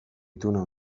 ituna